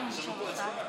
הצבעה,